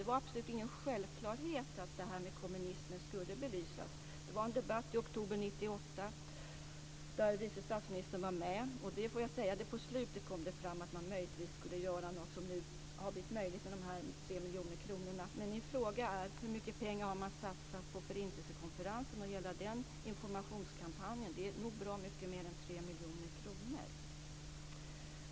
Det var absolut ingen självklarhet att kommunismen skulle belysas. Det var en debatt i kammaren i oktober 1998 där vice statsministern var med. På slutet kom det fram att man möjligtvis skulle göra något. Det har nu blivit möjligt med de 3 miljoner kronorna. Min fråga är: Hur mycket pengar har man satsat på Förintelsekonferensen och hela den informationskampanjen? Det är nog bra mycket mer än 3 miljoner kronor.